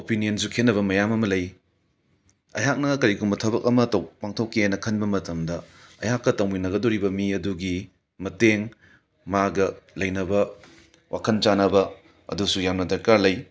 ꯑꯣꯄꯤꯅꯤꯌꯟꯁꯨ ꯈꯦꯠꯅꯕ ꯃꯌꯥꯝ ꯑꯃ ꯂꯩ ꯑꯩꯍꯥꯛꯅ ꯀꯔꯤꯒꯨꯝꯕ ꯊꯕꯛ ꯑꯃ ꯄꯥꯡꯊꯣꯛꯀꯦ ꯍꯥꯏꯅ ꯈꯟꯕ ꯃꯇꯝꯗ ꯑꯩꯍꯥꯛꯀ ꯇꯧꯃꯤꯟꯅꯒꯗꯣꯔꯤꯕ ꯃꯤ ꯑꯗꯨꯒꯤ ꯃꯇꯦꯡ ꯃꯥꯒ ꯂꯩꯅꯕ ꯋꯥꯈꯟ ꯆꯥꯅꯕ ꯑꯗꯨꯁꯨ ꯌꯥꯝꯅ ꯗꯔꯀꯥꯔ ꯂꯩ